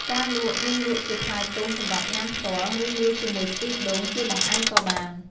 ការលក់ មានលក់ជាផ្លែទុំសម្រាប់ញ៉ាំផ្ទាល់ ឬលាយជាមួយខ្ទិះដូងជាបង្អែមក៏បាន។